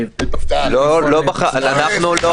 לא בחרנו.